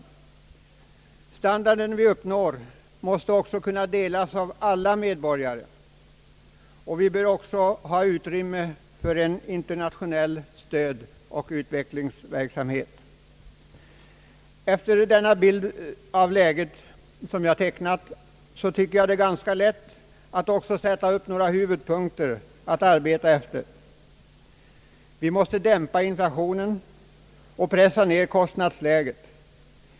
Den standard vi uppnår måste också kunna delas av alla medborgare, och vi bör därjämte ha utrymme för en internationell stödoch utvecklingsverksamhet. Efter denna bild av läget, som jag tecknat, tycker jag det är ganska lätt att också sätta upp några huvudpunkter att arbeta efter. Vi måste dämpa inflationen och pressa ned kostnadsläget.